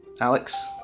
Alex